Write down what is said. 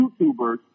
YouTubers